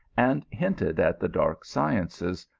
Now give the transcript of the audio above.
and hinted at the dark sciences,